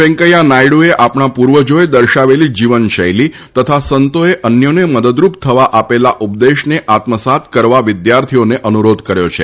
વેંકૈયા નાયડુએ આપણાં પૂર્વજોએ દર્શાવેલી જીવનશૈલી તથા સંતોએ અન્યોને મદદરૂપ થવા આપેલા ઉપદેશને આત્મસાત કરવા વિદ્યાર્થીઓને અનુરોધ કર્યો છે